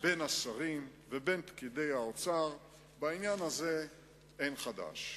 בין השרים ובין פקידי האוצר, ובעניין הזה אין חדש,